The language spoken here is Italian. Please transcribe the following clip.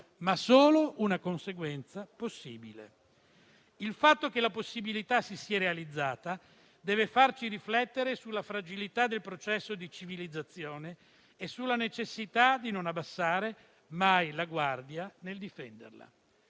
ma solo una conseguenza possibile, e che il fatto che la possibilità si sia realizzata deve farci riflettere sulla fragilità del processo di civilizzazione e sulla necessità di non abbassare mai la guardia nel difenderla.